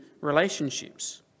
relationships